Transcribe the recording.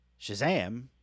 Shazam